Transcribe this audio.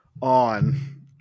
on